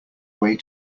way